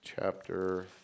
chapter